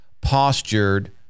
Postured